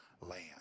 land